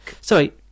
Sorry